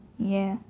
ya